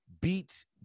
beats